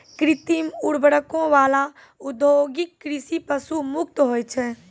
कृत्रिम उर्वरको वाला औद्योगिक कृषि पशु मुक्त होय छै